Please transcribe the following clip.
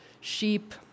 Sheep